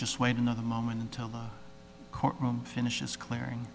just wait another moment until the courtroom finishes clari